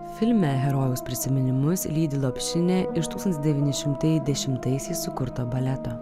filme herojaus prisiminimus lydi lopšinė iš tūkstantis devyni šimtai dešimtaisiais sukurto baleto